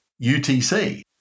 UTC